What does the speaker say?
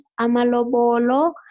Amalobolo